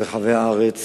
ברחבי הארץ